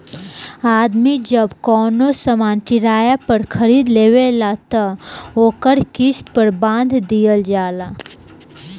आदमी जब कवनो सामान किराया पर खरीद लेवेला त ओकर किस्त पर बांध दिहल जाला